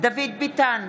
דוד ביטן,